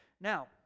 Now